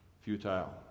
futile